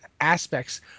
aspects